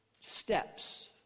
steps